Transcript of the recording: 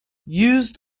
used